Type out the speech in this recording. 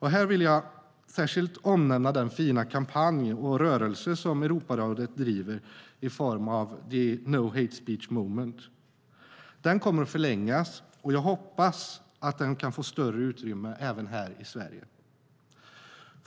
Här vill jag särskilt omnämna den fina kampanj och rörelse Europarådet driver i form av No Hate Speech Movement. Den kommer att förlängas, och jag hoppas att den kan få större utrymme även här i Sverige.